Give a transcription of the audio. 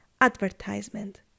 advertisement